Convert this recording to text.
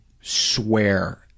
swear